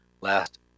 last